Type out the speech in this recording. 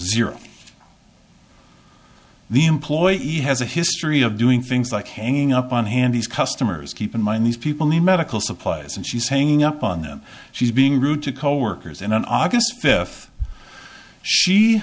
zero the employee has a history of doing things like hanging up on hand these customers keep in mind these people need medical supplies and she's hanging up on them she's being rude to coworkers and on august